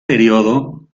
periodo